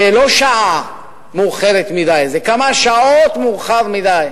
זה לא שעה מאוחרת מדי, זה כמה שעות מאוחר מדי.